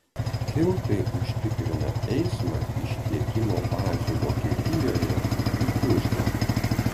tiltai užtikrina eismą iš tiekimo bazių vokietijoje į tuzlą